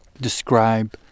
describe